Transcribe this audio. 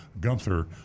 Gunther